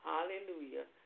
Hallelujah